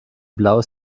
blaues